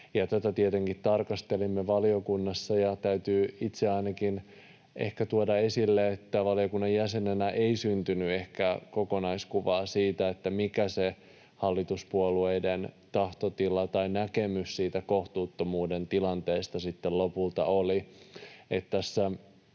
tarkastelimme valiokunnassa, ja täytyy itse ainakin ehkä tuoda esille, että valiokunnan jäsenenä ei syntynyt ehkä kokonaiskuvaa siitä, mikä se hallituspuolueiden tahtotila tai näkemys siitä kohtuuttomuuden tilanteesta sitten lopulta oli.